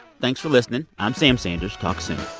thanks for listening. i'm sam sanders. talk soon